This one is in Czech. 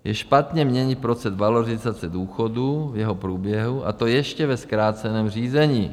Je špatně měnit proces valorizace důchodů v jeho průběhu, a to ještě ve zkráceném řízení.